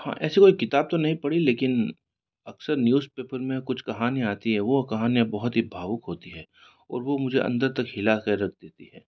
हाँ ऐसी कोई किताब तो नहीं पढ़ी लेकिन अक्सर न्यूज़ पेपर में कुछ कहानी आती है वो कहानियाँ बहुत ही भावुक होती है और वह मुझे अंदर तक हिला कर रख देती हैं